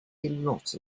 lot